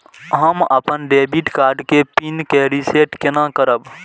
हम अपन debit card के पिन के रीसेट केना करब?